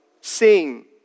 sing